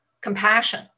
compassion